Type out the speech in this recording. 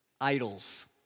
Idols